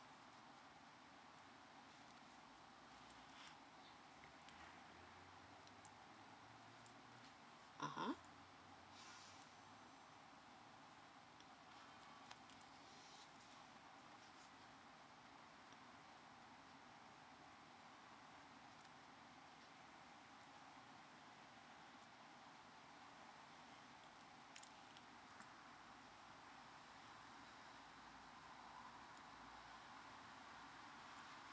(uh huh)